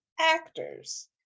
actors